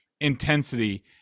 intensity